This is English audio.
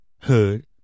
hood